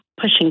pushing